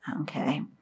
Okay